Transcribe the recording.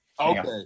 Okay